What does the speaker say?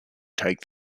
take